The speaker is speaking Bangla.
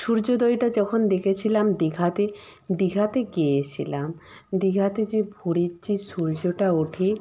সূর্যোদয়টা যখন দেখেছিলাম দীঘাতে দীঘাতে গিয়েছিলাম দীঘাতে যে ভোরের যে সূর্যটা ওঠে